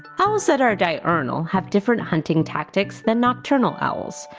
owls that are diurnal have different hunting tactics than nocturnal owls,